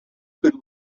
could